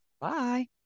Bye